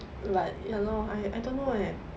but ya lor I I don't know eh